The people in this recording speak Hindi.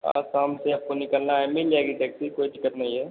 आज शाम से आपको निकलना है मिल जाएगी टैक्सी कोई दिक्कत नहीं है